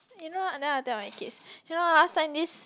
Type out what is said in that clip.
you know ah then I tell my kids you know last time this